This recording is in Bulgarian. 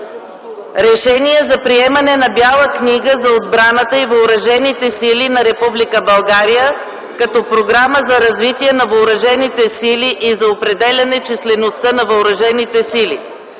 „РЕШЕНИЕ за приемане на Бяла книга за отбраната и въоръжените сили на Република България като програма за развитие на въоръжените сили и за определяне числеността на въоръжените сили